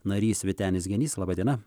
narys vytenis genys laba diena